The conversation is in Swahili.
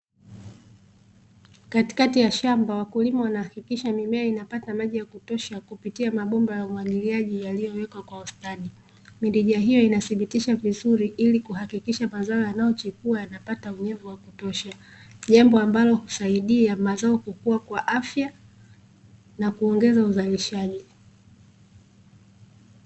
Katikati ya shamba wakulima wanahakikisha mimea inapata maji ya kutosha, kupitia mabomba ya umwagiiaji yaliyowekwa kwa ustadi. Mirija hiyo inathibitisha vizuri ili kuhakikisha mazao yanayochipua yanapata unyevu wa kutosha, jambo ambalo husaidia mazao kukua kwa afya na kuongeza uzalishaji.